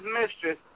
mistress